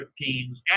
teams